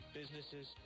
businesses